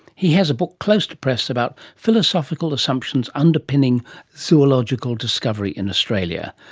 he has a book close to press about philosophical assumptions underpinning zoological discovery in australia.